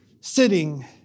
sitting